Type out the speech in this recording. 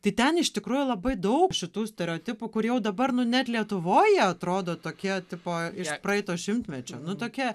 tai ten iš tikrųjų labai daug šitų stereotipų kur jau dabar nu net lietuvoj jie atrodo tokie tipo praeito šimtmečio nu tokie